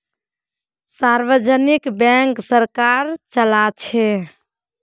सार्वजनिक बैंक सरकार चलाछे